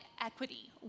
equity